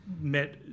met